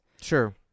Sure